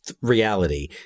reality